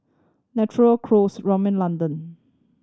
Naturel Kose Rimmel London